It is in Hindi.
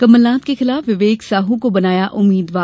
कमलनाथ के खिलाफ विवेक साहू को बनाया उम्मीदवार